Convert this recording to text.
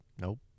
Nope